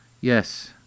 Yes